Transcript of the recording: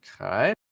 Okay